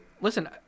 listen